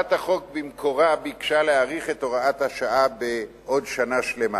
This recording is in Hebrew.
הצעת החוק במקורה ביקשה להאריך את הוראת השעה בשנה שלמה.